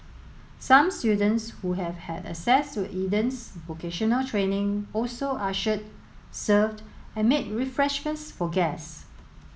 some students who have had access to Eden's vocational training also ushered served and made refreshments for guests